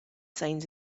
signs